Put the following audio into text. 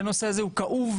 שהנושא הזה הוא כאוב,